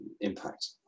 impact